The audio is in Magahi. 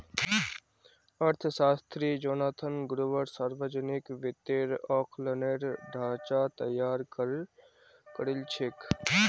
अर्थशास्त्री जोनाथन ग्रुबर सावर्जनिक वित्तेर आँकलनेर ढाँचा तैयार करील छेक